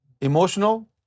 Emotional